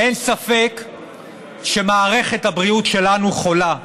אין ספק שמערכת הבריאות שלנו חולה,